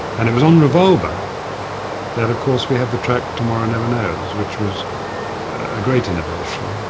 and it was on revolver that, of course, we have the track tomorrow never knows, which was a great innovation.